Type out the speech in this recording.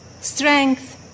strength